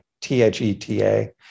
T-H-E-T-A